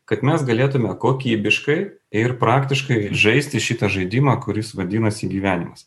kad mes galėtume kokybiškai ir praktiškai žaisti šitą žaidimą kuris vadinasi gyvenimas